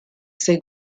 sei